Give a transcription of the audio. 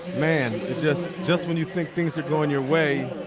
man, just just when you think things are going your way,